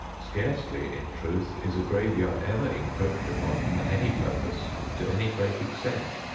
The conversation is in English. scarcely, in truth, is a graveyard ever encroached upon, for any purpose, to any great extent,